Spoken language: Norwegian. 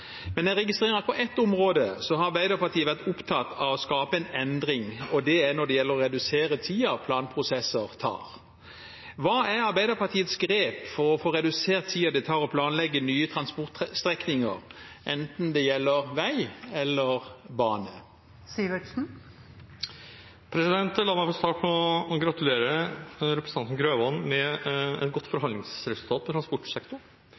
men jeg registrerer at på ett område har Arbeiderpartiet vært opptatt av å skape en endring – og det er når det gjelder å redusere tiden planprosesser tar. Hva er Arbeiderpartiets grep for å få redusert tiden det tar å planlegge nye transportstrekninger, enten det gjelder vei eller bane? La meg starte med å gratulere representanten Grøvan med et godt forhandlingsresultat for transportsektoren.